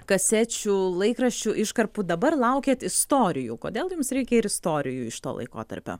kasečių laikraščių iškarpų dabar laukiat istorijų kodėl jums reikia ir istorijų iš to laikotarpio